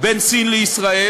בין סין לישראל.